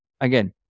again